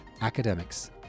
academics